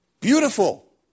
Beautiful